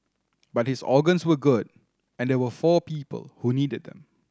but his organs were good and there were four people who needed them